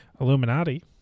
Illuminati